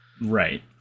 Right